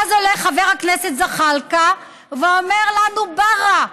ואז עולה חבר הכנסת זחאלקה ואומר לנו: ברא,